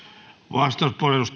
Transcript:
arvoisa